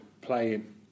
playing